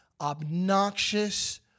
obnoxious